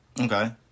Okay